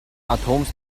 atoms